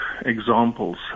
examples